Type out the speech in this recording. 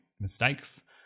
mistakes